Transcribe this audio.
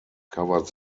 covered